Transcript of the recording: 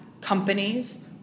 companies